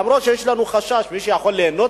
אף-על-פי שיש לנו חשש שמי שיכול ליהנות